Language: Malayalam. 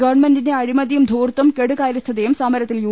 ഗവൺമെന്റിന്റെ അഴിമതിയും ധൂർത്തും കെടുകാര്യസ്ഥതയും സമരത്തിൽ യു